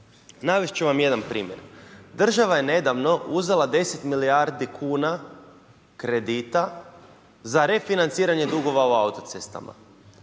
Navest ću vam jedan primjer. Država je nedavno uzela 10 milijardi kuna kredita za refinanciranje dugova u autocestama,